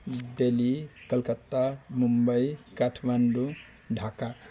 Delhi Calcutta Mumbai Kathmandu Dhaka